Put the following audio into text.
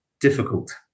difficult